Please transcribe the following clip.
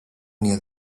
near